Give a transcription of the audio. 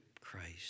Christ